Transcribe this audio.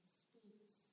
speaks